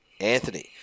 Anthony